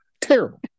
Terrible